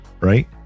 Right